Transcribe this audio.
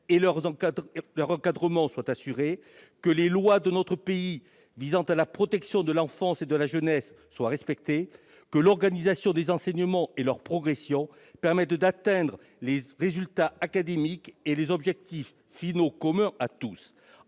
de leurs encadrants est assurée ; que les lois de notre pays visant à la protection de l'enfance et de la jeunesse sont respectées ; que l'organisation des enseignements et leur progression permettent d'atteindre les résultats académiques et les objectifs finaux communs à tous.